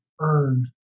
Earn